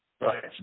right